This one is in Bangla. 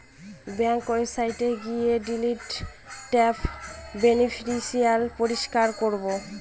ব্যাঙ্কের ওয়েবসাইটে গিয়ে ডিলিট ট্যাবে বেনিফিশিয়ারি পরিষ্কার করাবো